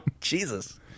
Jesus